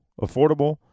Affordable